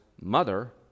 mother